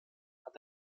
hat